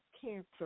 cancer